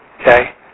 okay